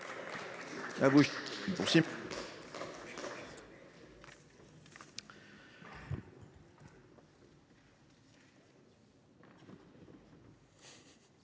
Merci,